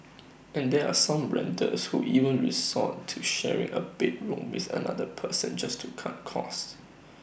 and there are some renters who even resort to sharing A bedroom with another person just to cut costs